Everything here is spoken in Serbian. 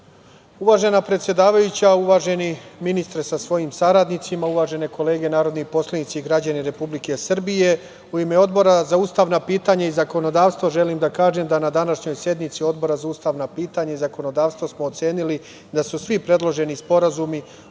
predsedavajuća, uvaženi ministre sa svojim saradnicima, uvažene kolege narodni poslanici i građani Republike Srbije, u ime Odbora za ustavna pitanja i zakonodavstvo, želim da kažem da na današnjoj sednici Odbora za ustavna pitanja i zakonodavstvo smo ocenili da su svi predloženi sporazumi